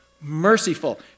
merciful